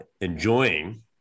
enjoying